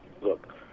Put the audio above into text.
look